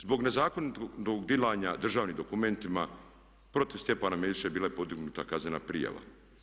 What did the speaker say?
Zbog nezakonitog dilanja državnim dokumentima protiv Stjepana Mesića je bila podignuta kaznena prijava.